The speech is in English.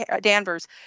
Danvers